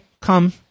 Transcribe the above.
come